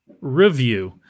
review